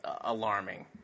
alarming